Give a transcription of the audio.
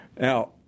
Now